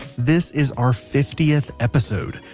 this is our fiftieth episode!